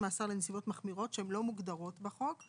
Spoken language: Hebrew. מאסר לנסיבות מחמירות שלא מוגדרות בחוק.